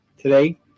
today